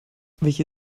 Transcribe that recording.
welche